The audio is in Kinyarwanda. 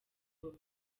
ball